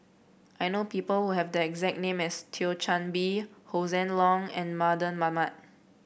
I know people who have the exact name as Thio Chan Bee Hossan Leong and Mardan Mamat